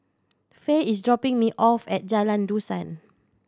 Faye is dropping me off at Jalan Dusan